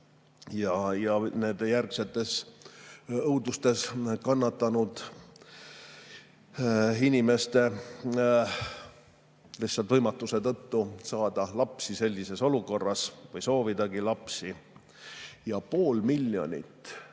ja järgnenud õudustes kannatanud inimeste võimatuse tõttu saada lapsi sellises olukorras või soovidagi lapsi. Ja pool miljonit